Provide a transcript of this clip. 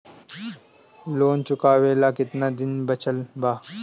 Loan चुकावे ला कितना दिन बचल बा?